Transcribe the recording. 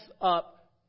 up